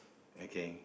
okay